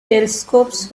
telescopes